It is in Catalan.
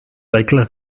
vehicles